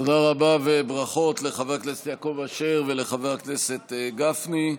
תודה רבה וברכות לחבר הכנסת יעקב אשר ולחבר הכנסת גפני.